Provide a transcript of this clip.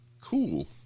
Cool